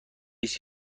است